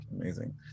amazing